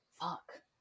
fuck